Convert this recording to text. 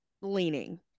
leaning